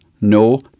no